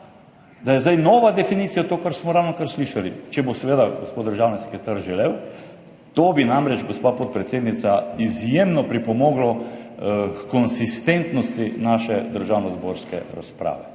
ali je zdaj nova definicija to, kar smo ravnokar slišali. Če bo seveda gospod državni sekretar želel. To bi namreč, gospa podpredsednica, izjemno pripomoglo h konsistentnosti naše državnozborske razprave.